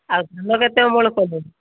ଆଉ ଧାନ କେତେ ଅମଳ କଲୁ